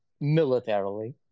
militarily